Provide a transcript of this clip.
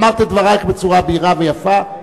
אמרת את דברייך בצורה בהירה ויפה.